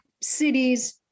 cities